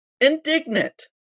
indignant